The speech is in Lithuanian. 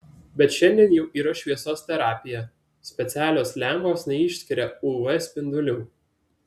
bet šiandien jau yra šviesos terapija specialios lempos neišskiria uv spindulių